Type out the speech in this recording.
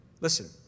listen